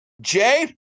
Jay